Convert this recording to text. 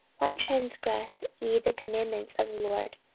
why transgress ye the commandments of the lord,